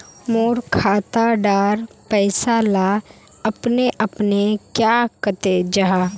मोर खाता डार पैसा ला अपने अपने क्याँ कते जहा?